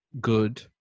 good